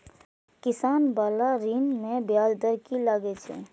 किसान बाला ऋण में ब्याज दर कि लागै छै?